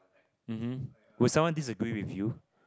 mmhmm will someone disagree with you